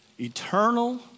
Eternal